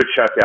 checkout